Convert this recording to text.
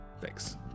Thanks